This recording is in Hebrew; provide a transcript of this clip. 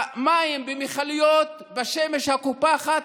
המים במכליות בשמש הקופחת,